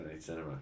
Cinema